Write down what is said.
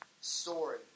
story